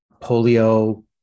polio